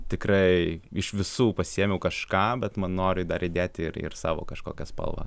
tikrai iš visų pasiėmiau kažką bet man nori dar įdėti ir ir savo kažkokią spalvą